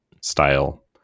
style